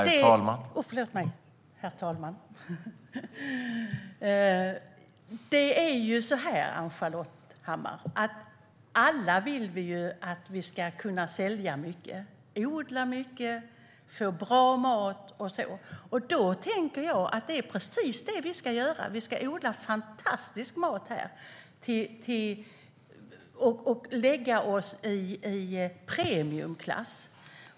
Herr talman! Ann-Charlotte Hammar Johnsson! Vi vill alla att vi ska kunna sälja mycket, odla mycket, få bra mat och så vidare. Jag tänker att det är precis det vi ska göra. Vi ska odla fantastisk mat och lägga oss i premiumklass.